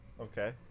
Okay